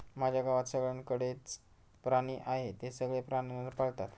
माझ्या गावात सगळ्यांकडे च प्राणी आहे, ते सगळे प्राण्यांना पाळतात